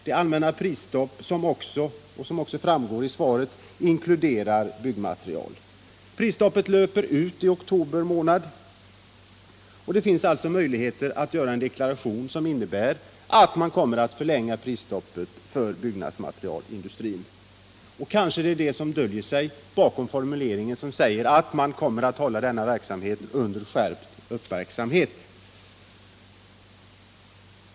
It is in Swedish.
Det allmänna prisstopp som, vilket framgår av svaret, också inkluderar byggmaterial, Prisstoppet löper ut i oktober månad, och det finns alltså möjligheter att deklarera att man kommer att förlänga prisstoppet för byggnadsmaterialindustrin. Kanske är det detta som döljer sig bakom formuleringen som säger att man kommer att hålla denna verksamhet under skärpt uppsikt.